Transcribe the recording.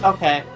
Okay